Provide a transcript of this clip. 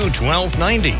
1290